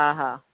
हा हा